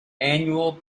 annual